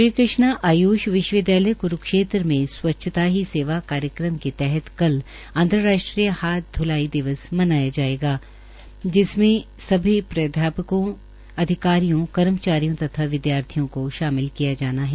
श्रीकृष्णा आय्ष विश्वविदयालय कुरुक्षेत्र में स्वच्छता ही सेवा कार्यक्रम के तहत कल अन्तर्राष्ट्रीय हाथ ध्लाई दिवस मनाया जाएगा जिसमें सभी प्राध्यापकों अधिकारियों कर्मचारियों तथा विद्यार्थियों को शामिल किया जाना है